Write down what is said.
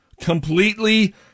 completely